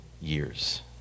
years